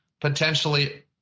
potentially